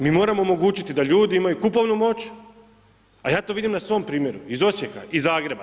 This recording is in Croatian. Mi moramo omogućiti da ljudi imaju kupovnu moć, a ja to vidim na svom primjeru iz Osijeka i Zagreba.